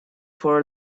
for